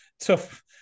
tough